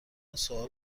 سوال